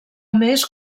més